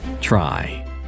Try